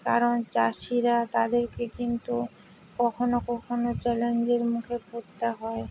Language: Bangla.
কারণ চাষীরা তাদেরকে কিন্তু কখনও কখনও চ্যালেঞ্জের মুখে পরতে হয়